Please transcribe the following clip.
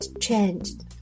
changed